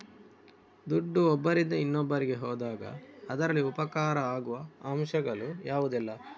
ದುಡ್ಡು ಒಬ್ಬರಿಂದ ಇನ್ನೊಬ್ಬರಿಗೆ ಹೋದಾಗ ಅದರಲ್ಲಿ ಉಪಕಾರ ಆಗುವ ಅಂಶಗಳು ಯಾವುದೆಲ್ಲ?